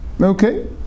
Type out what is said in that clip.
Okay